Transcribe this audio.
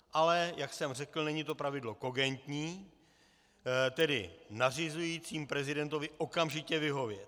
Ale jak jsem řekl, není to pravidlo kogentní, tedy nařizující prezidentovi okamžitě vyhovět.